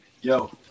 Yo